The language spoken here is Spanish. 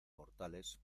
mortales